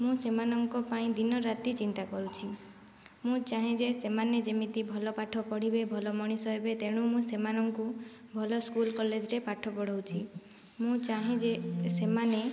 ମୁଁ ସେମାନଙ୍କ ପାଇଁ ଦିନରାତି ଚିନ୍ତା କରୁଛି ମୁଁ ଚାହେଁ ଯେ ସେମାନେ ଯେମିତି ଭଲ ପାଠ ପଢ଼ିବେ ଭଲ ମଣିଷ ହେବେ ତେଣୁ ମୁଁ ସେମାନଙ୍କୁ ଭଲ ସ୍କୁଲ କଲେଜରେ ପାଠ ପଢ଼ାଉଛି ମୁଁ ଚାହେଁ ଯେ ସେମାନେ